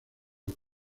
los